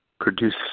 produce